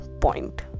point